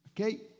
Okay